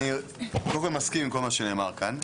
אני קודם כל מסכים עם כל מה שנאמר כאן.